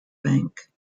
bank